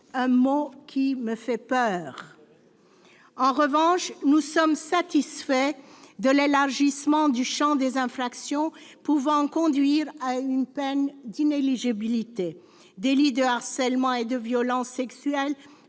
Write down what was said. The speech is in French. un mot qui me fait peur ! En revanche, nous sommes satisfaits de l'élargissement du champ des infractions pouvant conduire à une peine d'inéligibilité : délits de harcèlement et de violences sexuelles,